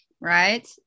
right